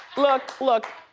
look, look,